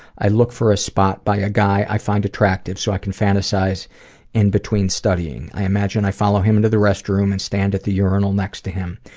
i look for a spot by a guy i find attractive so i can fantasize in between studying. i imagine i follow him into the restroom and stand at the urinal next to him,